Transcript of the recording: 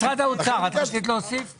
משרד האוצר, את רצית להוסיף?